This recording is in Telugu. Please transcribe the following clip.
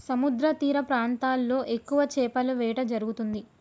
సముద్రతీర ప్రాంతాల్లో ఎక్కువ చేపల వేట జరుగుతుంది